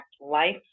life